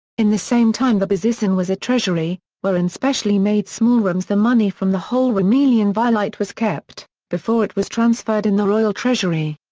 in the same time the bezisten was a treasury, where in specially made small rooms the money from the whole rumelian vilaet was kept, before it was transferred in the royal treasury.